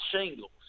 shingles